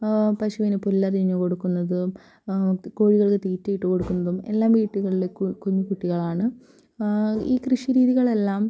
പശുവിന് പുല്ല് അരിഞ്ഞു കൊടുക്കുന്നത് കോഴികൾക് തീറ്റ ഇട്ടു കൊടുക്കുന്നതും എല്ലാം വീടുകളിൽ കുഞ്ഞു കുട്ടികളാണ് ഈ കൃഷി രീതികളെല്ലാം